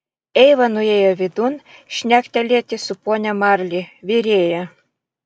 eiva nuėjo vidun šnektelėti su ponia marli virėja